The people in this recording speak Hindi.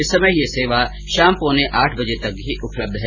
इस समय यह सेवा शाम पौने आठ बजे तक ही उपलब्ध है